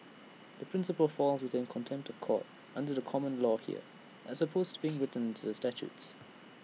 the principle falls within contempt of court under common law here as opposed being written statutes